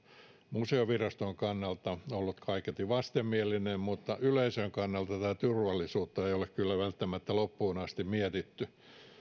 museoviraston kannalta ollut kaiketi vastenmielinen mutta yleisön kannalta tätä turvallisuutta ei ole kyllä välttämättä loppuun asti mietitty